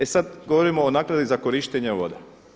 E sad govorimo o naknadi za korištenje voda.